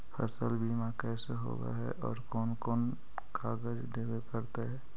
फसल बिमा कैसे होब है और कोन कोन कागज देबे पड़तै है?